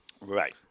Right